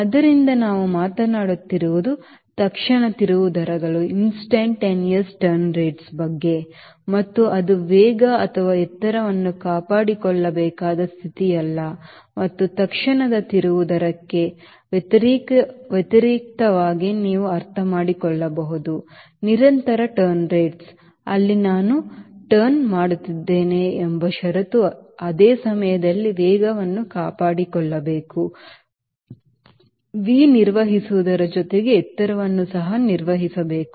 ಆದ್ದರಿಂದ ನಾವು ಮಾತನಾಡುತ್ತಿರುವುದು ತತ್ಕ್ಷಣದ ತಿರುವು ದರಗಳು ಮತ್ತು ಅದು ವೇಗ ಅಥವಾ ಎತ್ತರವನ್ನು ಕಾಪಾಡಿಕೊಳ್ಳಬೇಕಾದ ಸ್ಥಿತಿಯಲ್ಲ ಮತ್ತು ತತ್ಕ್ಷಣದ ತಿರುವು ದರಕ್ಕೆ ವ್ಯತಿರಿಕ್ತವಾಗಿ ನೀವು ಅರ್ಥಮಾಡಿಕೊಳ್ಳಬಹುದು ನಿರಂತರ turn rates ಅಲ್ಲಿ ನಾನು turn ಮಾಡುತ್ತಿದ್ದೇನೆ ಎಂಬ ಷರತ್ತು ಅದೇ ಸಮಯದಲ್ಲಿ ವೇಗವನ್ನು ಕಾಪಾಡಿಕೊಳ್ಳಬೇಕು V ನಿರ್ವಹಿಸುವುದರ ಜೊತೆಗೆ ಎತ್ತರವನ್ನು ಸಹ ನಿರ್ವಹಿಸಬೇಕು